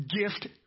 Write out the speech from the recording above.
gift